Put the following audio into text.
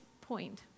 point